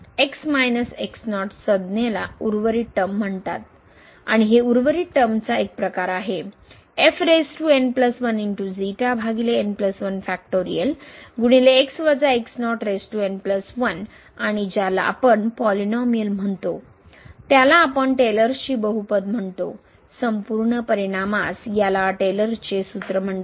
तर या संज्ञाला उर्वरित टर्म म्हणतात आणि हे उर्वरित टर्मचा एक प्रकार आहे आणि ज्याला आपण पॉलिनोमिअल म्हणतो त्याला आपण टेलरस ची बहुपद म्हणतो संपूर्ण परिणामास याला टेलर्सचे सूत्र म्हणतात